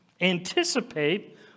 Anticipate